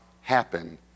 happen